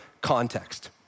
context